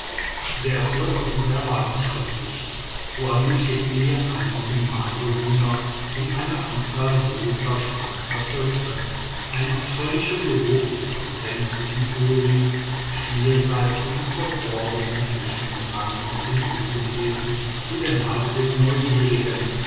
der erfolg war über erwarten schrecklich uando schickte mir einige magere hühner und eine anzahl großer schwarzer töpfe ein abscheulicher geruch wie von brenzligen ölen schmierseife und verdorbenen fischen drang aus den tongefäßen zu der nase des neugierigen